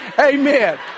Amen